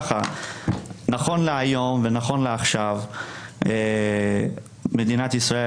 נכון להיום ונכון לעכשיו מדינת ישראל